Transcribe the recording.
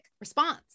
response